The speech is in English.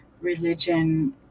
religion